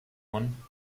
one